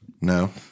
No